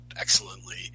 excellently